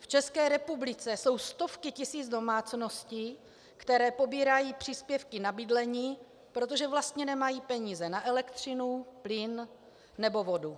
V České republice jsou stovky tisíc domácností, které pobírají příspěvky na bydlení, protože vlastně nemají peníze na elektřinu, plyn nebo vodu.